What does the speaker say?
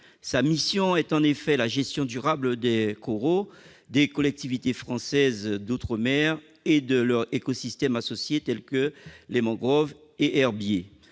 Sa mission est la gestion durable des coraux des collectivités françaises d'outre-mer et de leurs écosystèmes associés, tels que les mangroves et herbiers.